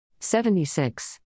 76